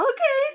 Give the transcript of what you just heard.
Okay